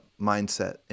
mindset